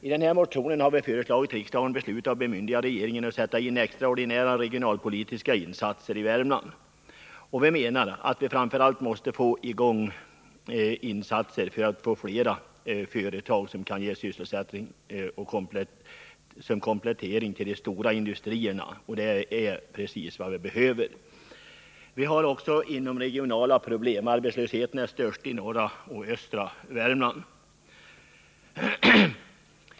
I motionen har vi föreslagit att riksdagen beslutar bemyndiga regeringen att sätta in extraordinära regionalpolitiska insatser i Värmland. Vi anser att vi framför allt måste få insatser som gör det möjligt att få fler företag som kan ge sysselsättning och som kan utgöra en komplettering till de stora industrierna. Det är precis vad vi behöver. Vi har också inomregionala problem. Arbetslösheten är störst i norra och östra Värmland.